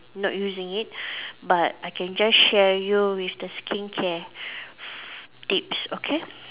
not using it but I can just share you with the skincare f~ tips okay